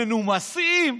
מנומסים,